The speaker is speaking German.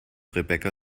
rebecca